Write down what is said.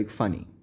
funny